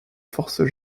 forces